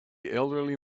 elderly